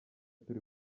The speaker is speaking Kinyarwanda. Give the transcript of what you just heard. turi